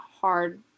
hard